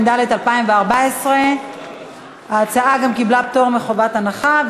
התשע"ד 2014. ההצעה קיבלה פטור מחובת הנחה,